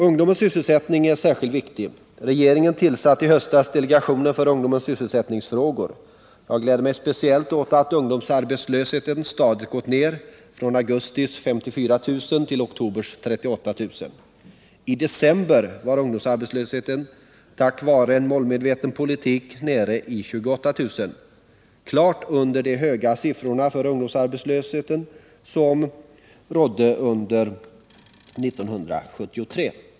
Ungdomens sysselsättning är särskilt viktig. Regeringen tillsatte i höstas delegationen för ungdomens sysselsättningsfrågor. Jag gläder mig speciellt åt att ungdomsarbetslösheten stadigt har gått ned, från augustis 54 000 till oktobers 38000. I december var ungdomsarbetslösheten tack vare en målmedveten politik nere i 28000, klart under de höga siffrorna för ungdomsarbetslösheten under 1973.